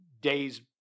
days